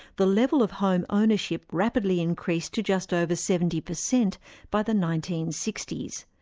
the level of home ownership rapidly increased to just over seventy percent by the nineteen sixty s.